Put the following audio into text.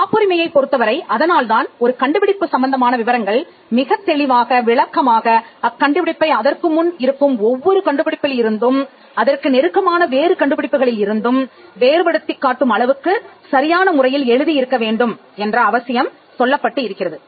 காப்புரிமையைப் பொருத்தவரை அதனால்தான் ஒரு கண்டுபிடிப்பு சம்பந்தமான விவரங்கள் மிகத் தெளிவாக விளக்கமாக அக்கண்டுபிடிப்பை அதற்கு முன் இருக்கும் ஒவ்வொரு கண்டுபிடிப்பில் இருந்தும் அதற்கு நெருக்கமான வேறு கண்டுபிடிப்புகளில் இருந்தும் வேறுபடுத்திக் காட்டும் அளவுக்கு சரியான முறையில் எழுதி இருக்க வேண்டும் என்ற அவசியம் சொல்லப்பட்டு இருக்கிறது